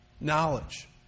knowledge